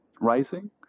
rising